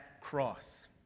cross